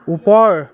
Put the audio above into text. ওপৰ